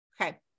Okay